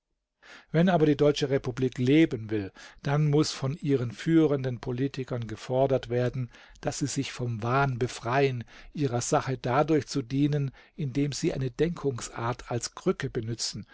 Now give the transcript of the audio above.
wenn aber die deutsche republik leben will dann muß von ihren führenden politikern gefordert werden daß sie sich vom wahn befreien ihrer sache dadurch zu dienen indem sie eine denkungsart als krücke benützen